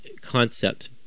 concept